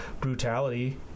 brutality